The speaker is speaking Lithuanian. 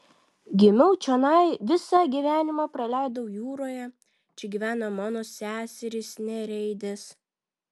gimiau čionai visą gyvenimą praleidau jūroje čia gyvena mano seserys nereidės